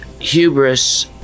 hubris